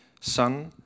son